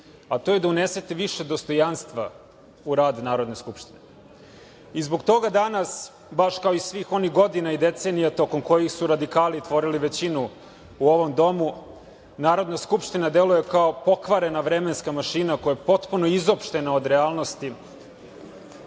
a to je da unesete više dostojanstva u rad Narodne skupštine. Zbog toga danas, baš kao i svih onih godina i decenija tokom kojih su radikali tvorili većinu u ovom Domu, Narodna skupština deluje kao pokvarena vremenska mašina koja je potpuno izopštena od realnosti